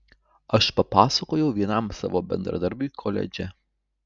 aš papasakojau vienam savo bendradarbiui koledže